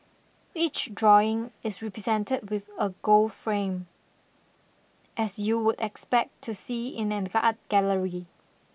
each drawing is represented with a gold frame as you would expect to see in an art gallery